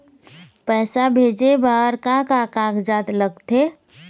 पैसा भेजे बार का का कागजात लगथे?